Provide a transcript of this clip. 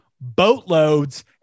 boatloads